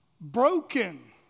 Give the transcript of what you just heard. broken